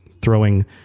throwing